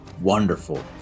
wonderful